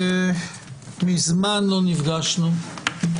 מזמן לא נפגשנו.